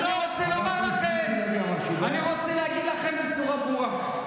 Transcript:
אני רוצה להגיד לכם בצורה ברורה: